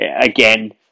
Again